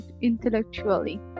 intellectually